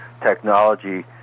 technology